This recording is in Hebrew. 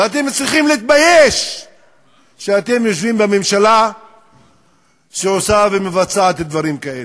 ואתם צריכים להתבייש שאתם יושבים בממשלה שעושה ומבצעת דברים כאלה.